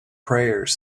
prayers